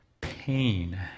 pain